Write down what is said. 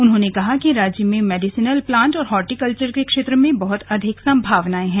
उन्होंने कहा कि राज्य में मेडिसनल प्लांट और हॉर्टीकल्चर के क्षेत्र में बहुत अधिक सम्भावनाएं हैं